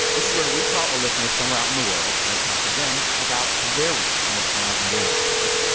this is where we call a listener somewhere out in the world and talk to them about their week and what's going on in their neck of the woods.